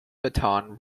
baton